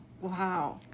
Wow